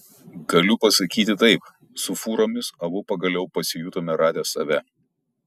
galiu pasakyti taip su fūromis abu pagaliau pasijutome radę save